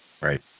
Right